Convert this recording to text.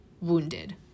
wounded